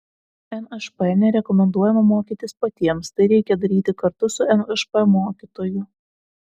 nšp nerekomenduojama mokytis patiems tai reikia daryti kartu su nšp mokytoju